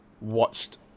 watched